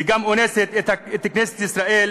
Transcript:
וגם אונסת את כנסת ישראל,